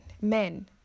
men